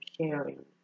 sharing